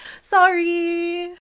Sorry